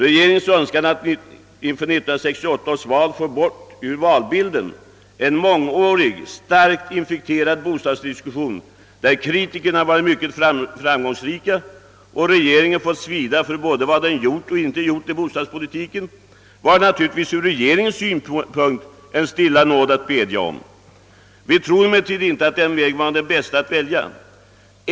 Att inför 1968 års val få bort ur valbilden en mångårig och starkt infekterad bostadsdiskussion, där kritikerna varit mycket framgångsrika och regeringen fått lida för både vad den gjort och inte gjort i bostadspolitiken, var naturligtvis ur regeringens synpunkt en nåd att stilla bedja om. Vi tror emellertid inte att den väg som valdes var den bästa.